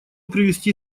привести